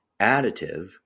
additive